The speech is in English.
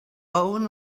own